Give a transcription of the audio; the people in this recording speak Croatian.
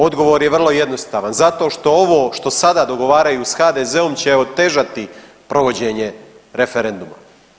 Odgovor je vrlo jednostavan, zato što ovo što sada dogovaraju s HDZ-om će otežati provođenje referenduma.